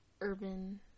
urban